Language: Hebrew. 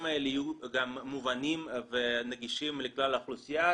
האלה יהיו גם מובנים ונגישים לכלל האוכלוסייה,